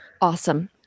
Awesome